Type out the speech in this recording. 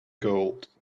gold